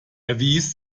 erwies